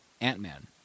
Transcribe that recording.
Ant-Man